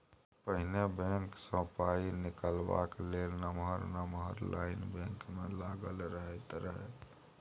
पहिने बैंक सँ पाइ निकालबाक लेल नमहर नमहर लाइन बैंक मे लागल रहैत रहय